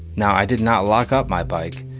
now, i did not lock out my bike.